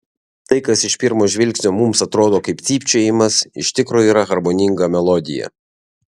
tai kas iš pirmo žvilgsnio mums atrodo kaip cypčiojimas iš tikro yra harmoninga melodija